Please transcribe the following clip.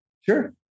Sure